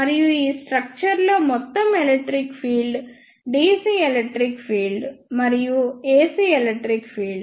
మరియు ఈ స్ట్రక్చర్ లో మొత్తం electric field dc electric field మరియు AC ఎలక్ట్రిక్ ఫీల్డ్